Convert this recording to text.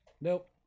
Nope